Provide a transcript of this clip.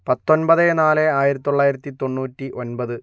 പത്തൊൻപത് നാല് ആയിരത്തി തൊള്ളായിരത്തി തൊണ്ണൂറ്റി ഒൻപത്